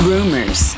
Rumors